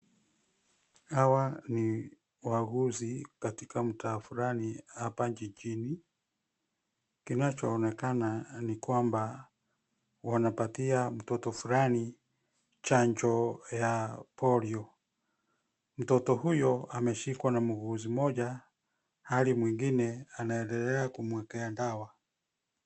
Hawa ni wauguzi katika mtaa fulani hapa jijini. Kinachoonekana, ni kwamba wanapatia mtoto fulani chanjo ya polio. Mtoto huyo ameshikwa na muuguzi mmoja, hali mwingine anaendelea kumwekea dawa.